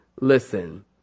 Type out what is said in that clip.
listen